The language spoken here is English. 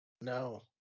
No